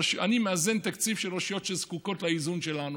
אני מאזן תקציב של רשויות שזקוקות לאיזון שלנו.